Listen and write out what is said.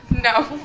No